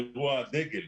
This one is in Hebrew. אירוע דגל.